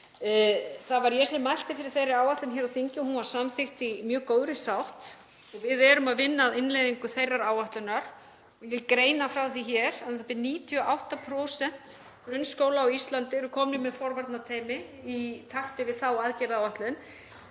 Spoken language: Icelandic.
Það var ég sem mælti fyrir þeirri áætlun hér á þingi og hún var samþykkt í mjög góðri sátt. Við erum að vinna að innleiðingu þeirrar áætlunar og ég vil greina frá því hér að u.þ.b. 98% grunnskóla á Íslandi eru komnir með forvarnateymi í takti við þá aðgerðaáætlun